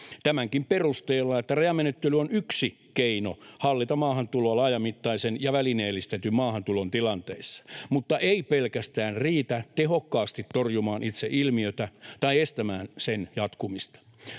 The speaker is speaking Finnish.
tämänkin perusteella, että rajamenettely on yksi keino hallita maahantuloa laajamittaisen ja välineellistetyn maahantulon tilanteissa, mutta se ei pelkästään riitä tehokkaasti torjumaan itse ilmiötä tai estämään sen jatkumista.